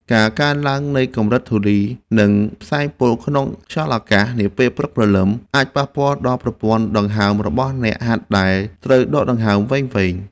ការកើនឡើងនៃកម្រិតធូលី និងផ្សែងពុលក្នុងខ្យល់អាកាសនាពេលព្រឹកព្រលឹម អាចប៉ះពាល់ដល់ប្រព័ន្ធដង្ហើមរបស់អ្នកហាត់ដែលត្រូវដកដង្ហើមវែងៗ។